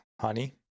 honey